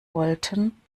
wollten